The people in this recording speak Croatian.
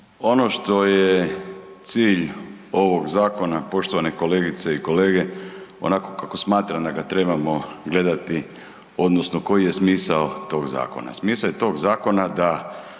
Ono što je cilj ovog zakona poštovane kolegice i kolege onako kako smatram da ga trebamo gledati odnosno koji je smisao tog zakona. Smisao je tog zakona da